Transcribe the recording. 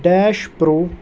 dash pro